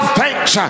thanks